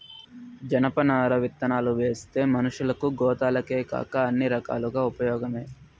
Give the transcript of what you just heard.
జనపనార విత్తనాలువేస్తే మనషులకు, గోతాలకేకాక అన్ని రకాలుగా ఉపయోగమే